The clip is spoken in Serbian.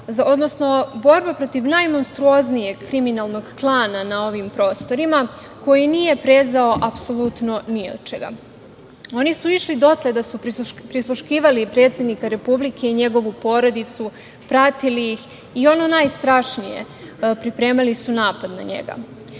odnosno borba protiv najmonstruoznijeg kriminalnog klana na ovim prostorima, koji nije prezao apsolutno ni od čega. Oni su išli dotle da su prisluškivali predsednika Republike i njegovu porodicu, pratili ih i ono najstrašnije, pripremali su napad na njega. Zaista